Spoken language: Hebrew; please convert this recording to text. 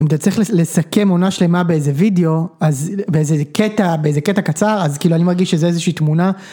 אם אתה צריך לסכם עונה שלמה באיזה וידאו, אז באיזה קטע, באיזה קטע קצר, אז כאילו אני מרגיש שזה איזושהי תמונה.